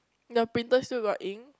your printer still got ink